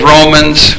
Romans